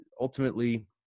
ultimately